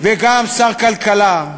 וגם שר הכלכלה.